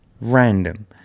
random